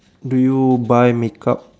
do you buy makeup